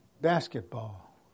Basketball